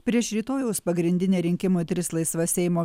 prieš rytojaus pagrindinę rinkimų tris laisvas seimo